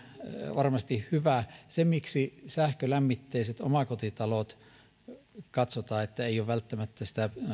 varmasti hyvä se miksi katsotaan että sähkölämmitteiset omakotitalot eivät ole välttämättä sitä